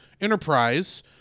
Enterprise